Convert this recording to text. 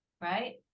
right